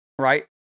right